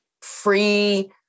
free